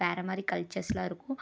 வேற மாதிரி கல்ச்சர்ஸ்லாம் இருக்கும்